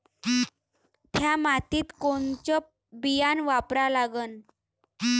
थ्या मातीत कोनचं बियानं वापरा लागन?